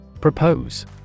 Propose